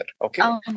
okay